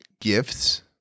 Gifts